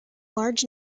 large